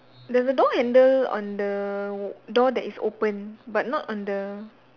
there's a door handle on the door that is open but not on the